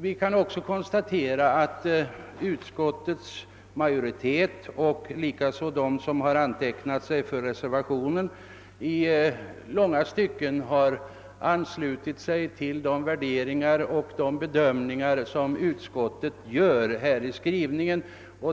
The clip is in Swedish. Vi kan också konstatera att reservanterna till stor del har anslutit sig till de bedömningar och värderingar som utskottsmajoriteten gör i utlåtandet.